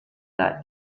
that